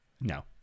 no